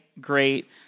great